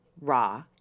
raw